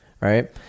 right